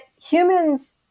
humans